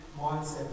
mindset